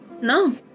No